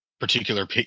particular